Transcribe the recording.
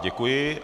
Děkuji.